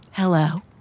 hello